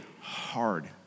hard